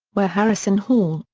where harrison hall,